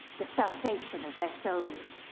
the salvation of their souls.